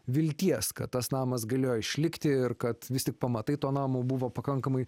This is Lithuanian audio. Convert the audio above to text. vilties kad tas namas galėjo išlikti ir kad vis tik pamatai to namo buvo pakankamai